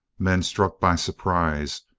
men struck by surprise,